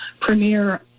premier